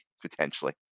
potentially